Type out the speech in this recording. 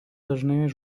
dažnai